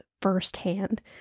firsthand